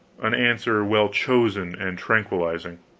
an answer well chosen and tranquilizing.